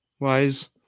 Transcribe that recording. wise